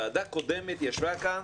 ועדה קודמת ישבה כאן